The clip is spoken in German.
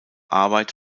arbeit